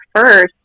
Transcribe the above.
first